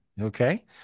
Okay